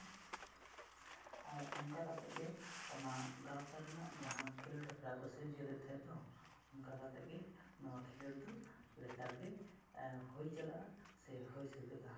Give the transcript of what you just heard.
ᱟᱨ ᱚᱱᱠᱟ ᱠᱟᱛᱮ ᱚᱱᱟ ᱜᱟᱶᱛᱟ ᱨᱮᱱᱟᱜ ᱡᱟᱦᱟᱸ ᱠᱷᱮᱞᱳᱰ ᱦᱮᱯᱨᱟᱣ ᱠᱚ ᱥᱤᱨᱡᱟᱹᱣ ᱞᱮᱫ ᱛᱟᱦᱮᱸᱫ ᱫᱚ ᱚᱱᱠᱟ ᱠᱟᱛᱮ ᱜᱮ ᱱᱚᱣᱟ ᱠᱷᱮᱞᱳᱰ ᱫᱚ ᱞᱮᱛᱟᱲ ᱜᱮ ᱦᱩᱭ ᱪᱟᱞᱟᱜᱼᱟ ᱥᱮ ᱦᱩᱭ ᱥᱟᱹᱛᱟᱹᱜᱼᱟ